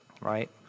right